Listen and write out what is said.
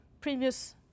previous